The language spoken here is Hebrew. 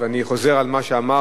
אני חוזר על מה שאמרת,